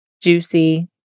juicy